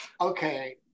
okay